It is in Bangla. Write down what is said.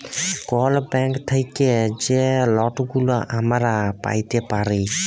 কল ব্যাংক থ্যাইকে যে লটগুলা আমরা প্যাইতে পারি